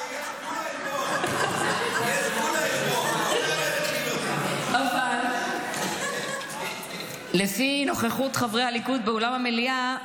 הרי יש גבול לעלבון --- אבל לפי נוכחות חברי הליכוד באולם המליאה,